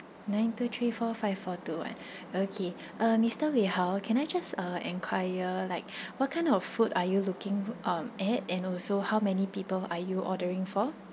nine two three four five four two one okay uh mister wei hao can I just uh enquire like what kind of food are you looking um at and also how many people are you ordering for